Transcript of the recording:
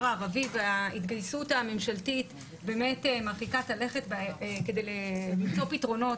הערבי וההתגייסות הממשלתית מרחיקת הלכת למצוא פתרונות,